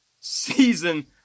Season